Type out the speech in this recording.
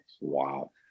Wow